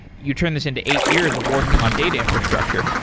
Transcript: you turned this into eight years of working on data infrastructure.